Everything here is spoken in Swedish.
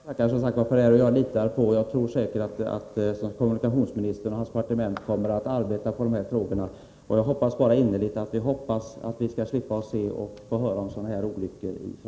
Herr talman! Jag tackar för detta besked. Jag tror säkert att kommunikationsministern och hans departement kommer att arbeta vidare på de här frågorna. Jag hoppas bara innerligt att vi i framtiden skall slippa se och höra om sådana här olyckor.